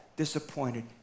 Disappointed